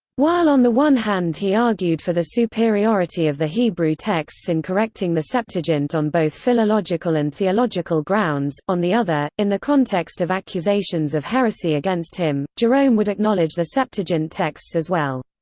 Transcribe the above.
while on the one hand he argued for the superiority of the hebrew texts in correcting the septuagint on both philological and theological grounds, on the other, in the context of accusations of heresy against him, jerome would acknowledge the septuagint texts as well.